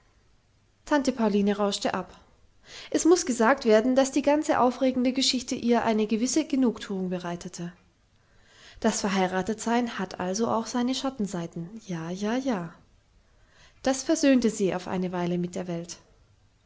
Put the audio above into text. tante pauline rauschte ab es muß gesagt werden daß die ganze aufregende geschichte ihr eine gewisse genugthuung bereitete das verheiratetsein hat also auch seine schattenseiten ja ja ja das versöhnte sie auf eine weile mit der welt